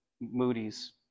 Moody's